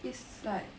is like